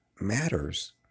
matters